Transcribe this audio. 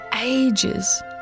ages